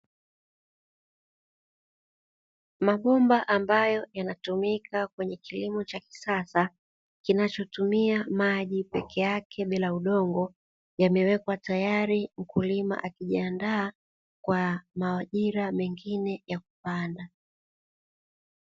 Mabomba ambayo yanatumika kwenye kilimo cha kisasa kinachotumia maji peke yake bila udongo, yamewekwa tayari. Mkulima akijiandaa kwa majira mengine ya kupanda.